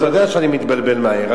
אתה יודע שאני מתבלבל מהר.